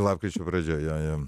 lapkričio pradžioj jo jo